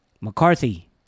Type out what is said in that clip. McCarthy